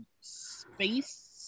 space